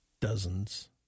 Dozens